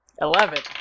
Eleven